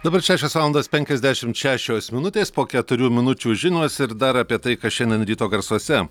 dabar šešios valandos penkiasdešimt šešios minutės po keturių minučių žinios ir dar apie tai kas šiandien ryto garsuose